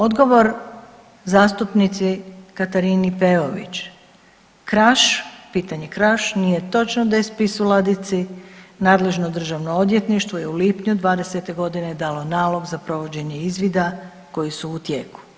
Odgovor zastupnici Katarini Peović, Kraš, pitanje Kraš nije točno da je spis u ladici, nadležno državno odvjetništvo je u lipnju '20.g. dalo nalog za provođenje izvida koji su u tijeku.